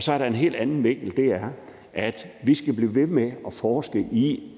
Så er der en helt anden vinkel, og det er, at vi skal blive ved med at forske i,